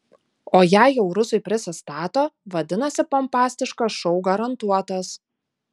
o jei jau rusai prisistato vadinasi pompastiškas šou garantuotas